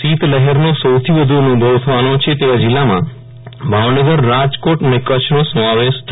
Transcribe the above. શીત લહેરનો સૌથી વધુ અનુ ભવ થવાનોછે તેવા જિલ્લામાં ભાવનગરરાજકોટ અને કચ્છ સમાવેશ થાય છે